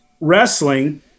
Wrestling